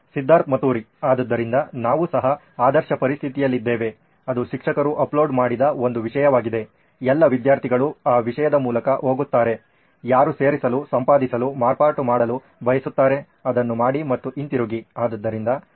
ಸಿದ್ಧಾರ್ಥ್ ಮತುರಿ ಆದ್ದರಿಂದ ನಾವು ಸಹ ಆದರ್ಶ ಪರಿಸ್ಥಿತಿಯಲ್ಲಿದ್ದೇವೆ ಅದು ಶಿಕ್ಷಕರು ಅಪ್ಲೋಡ್ ಮಾಡಿದ ಒಂದು ವಿಷಯವಾಗಿದೆ ಎಲ್ಲಾ ವಿದ್ಯಾರ್ಥಿಗಳು ಆ ವಿಷಯದ ಮೂಲಕ ಹೋಗುತ್ತಾರೆ ಯಾರು ಸೇರಿಸಲು ಸಂಪಾದಿಸಲು ಮಾರ್ಪಾಡು ಮಾಡಲು ಬಯಸುತ್ತಾರೆ ಅದನ್ನು ಮಾಡಿ ಮತ್ತು ಹಿಂತಿರುಗಿ